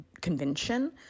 convention